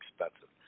expensive